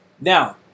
now